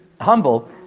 humble